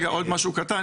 עוד משהו קטן.